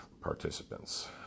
participants